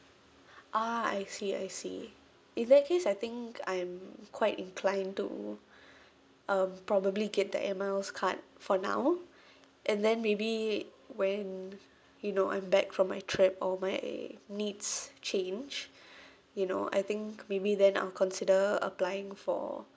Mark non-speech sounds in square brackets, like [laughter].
ah I see I see if that case I think I'm quite inclined to [breath] um probably get the air miles card for now and then maybe when you know I'm back from my trip or my needs change [breath] you know I think maybe then I'll consider applying for